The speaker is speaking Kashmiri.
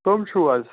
کٕم چھِو حظ